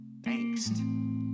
angst